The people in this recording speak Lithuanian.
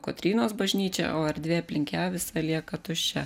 kotrynos bažnyčią o erdvė aplink ją visai lieka tuščia